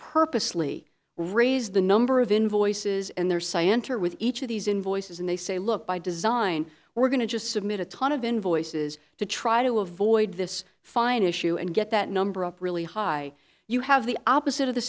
purposely raised the number of invoices and their scienter with each of these invoices and they say look by design we're going to just submit a ton of invoices to try to avoid this fine issue and get that number up really high you have the opposite of the